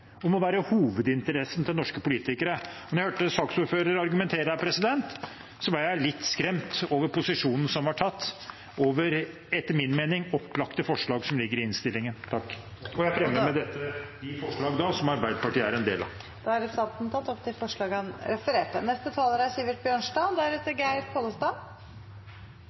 være hovedinteressen til norske politikere. Men da jeg hørte saksordføreren argumentere her, ble jeg litt skremt over posisjonen som var tatt overfor – etter min mening – opplagte forslag som ligger i innstillingen. Og jeg fremmer med dette de forslag som Arbeiderpartiet er en del av. Da har representanten Terje Aasland tatt opp de forslagene han refererte